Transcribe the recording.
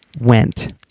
went